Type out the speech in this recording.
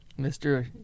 Mr